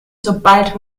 sobald